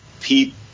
Pete